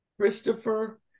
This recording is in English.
Christopher